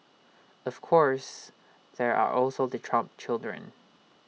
of course there are also the Trump children